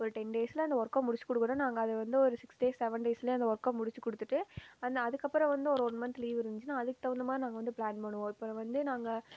ஒரு டென் டேஸில் அந்த ஒர்க்கை முடித்து கொடுக்கணும் நாங்கள் அதை வந்து ஒரு சிக்ஸ் டேஸ் செவன் டேஸ்லேயே அந்த ஒர்க்கை முடித்து கொடுத்துட்டு அந்த அதுக்கப்பறம் வந்து ஒரு ஒன் மன்த் லீவு இருந்துச்சுன்னா அதுக்கு தகுந்த மாதிரி நாங்கள் வந்து பிளான் பண்ணுவோம் இப்போ வந்து நாங்கள்